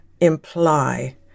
imply